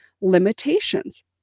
limitations